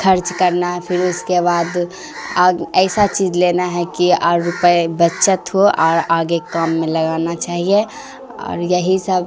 خرچ کرنا ہے پھر اس کے بعد اور ایسا چیز لینا ہے کہ اور روپئے بچت ہو اور آگے کام میں لگانا چاہیے اور یہی سب